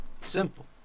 Simple